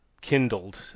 kindled